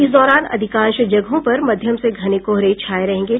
इस दौरान अधिकांश जगहों पर मध्यम से घने कोहरे छाये रहेंगे